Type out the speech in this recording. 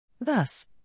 Thus